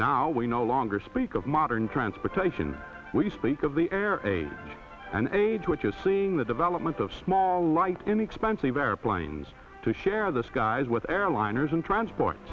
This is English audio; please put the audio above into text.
now we no longer speak of modern transportation we speak of the air age and age which is seeing the development of small light inexpensive airplanes to share the skies with airliners and transport